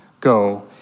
go